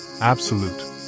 absolute